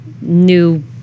new